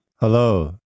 Hello